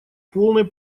полной